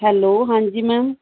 hello ਹਾਂਜੀ ma'am